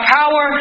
power